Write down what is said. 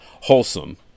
wholesome